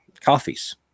coffees